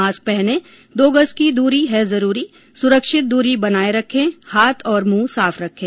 mask पहनें दो गज की दूरी है जरूरी सुरक्षित दूरी बनाए रखें हाथ और मुंह साफ रखें